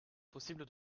possible